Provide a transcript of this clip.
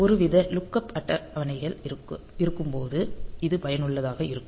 ஒருவித லுக்கப் அட்டவணைகள் இருக்கும்போது இது பயனுள்ளதாக இருக்கும்